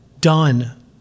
done